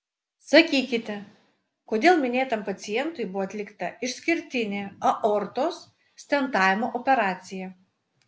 sakykite kodėl minėtam pacientui buvo atlikta išskirtinė aortos stentavimo operacija